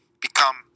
become